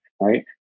right